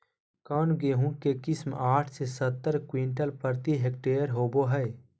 कौन गेंहू के किस्म साठ से सत्तर क्विंटल प्रति हेक्टेयर होबो हाय?